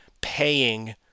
paying